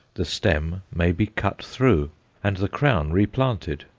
the stem may be cut through and the crown replanted,